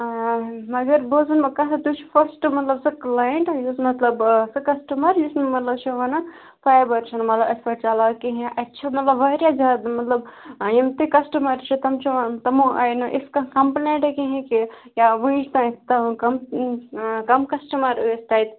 آ مگر بہٕ حظ ونمو کَتھ اَکھ تُہۍ چھُو فسٹہٕ مطلب سُہ کٕلاینٛٹ یُس مطلب سُہ کسٹٕمر یُس نہٕ مطلب چھُ وَنان فایبر چھُنہٕ مطلب اَصٕل پٲٹھۍ چَلان کِہیٖنٛۍ اَسہِ چھِ مطلب وارِیاہ زیادٕ مطلب یِم تہِ کسٹٕمر چھِ تِم چھِ ونان تِمو اَنہِ یِژھ کانٛہہ کمپُلیٹے کِہیٖنٛی کہِ یا وُنِس تانٮ۪تھ کَم کسٹٕمر ٲسۍ تَتہِ